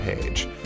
page